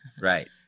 right